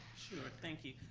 sure, thank you.